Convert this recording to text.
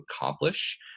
accomplish